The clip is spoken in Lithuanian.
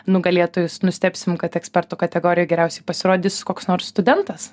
nugalėtojus nustebsim kad eksperto kategorijoj geriausiai pasirodys koks nors studentas